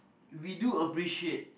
we do appreciate